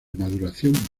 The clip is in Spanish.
maduración